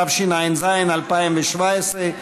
התשע"ז 2017,